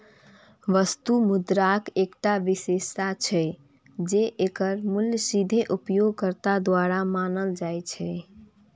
वस्तु मुद्राक एकटा विशेषता छै, जे एकर मूल्य सीधे उपयोगकर्ता द्वारा मानल जाइ छै